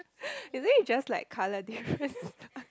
isn't it just like colour differences